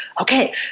Okay